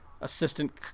assistant